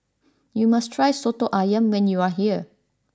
you must try Soto Ayam when you are here